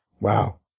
Wow